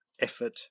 effort